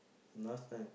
last night